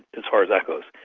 as far as that goes.